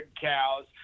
cows